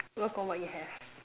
work on what you have